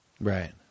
Right